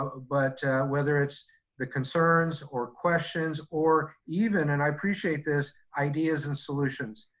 ah but whether it's the concerns or questions, or even and i appreciate this, ideas and solutions.